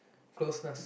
closeness